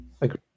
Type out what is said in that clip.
agree